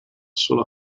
sola